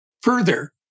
Further